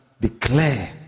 Declare